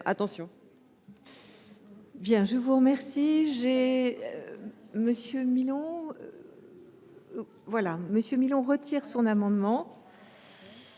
Attention